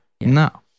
No